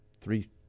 three